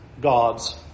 God's